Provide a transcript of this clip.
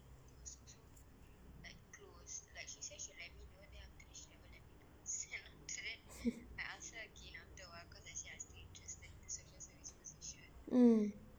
mm